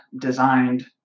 designed